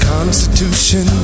Constitution